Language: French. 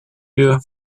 vieux